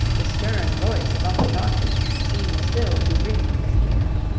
the stern voice of uncle donald seemed still to ring in his ear.